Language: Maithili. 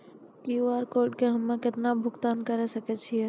क्यू.आर कोड से हम्मय केतना भुगतान करे सके छियै?